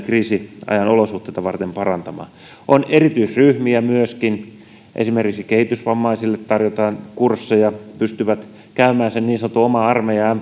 kriisiajan olosuhteita varten parantamaan on erityisryhmiä myöskin esimerkiksi kehitysvammaisille tarjotaan kursseja he pystyvät käymään sen niin sanotun oman armeijan